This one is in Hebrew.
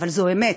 אבל זו אמת.